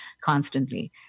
constantly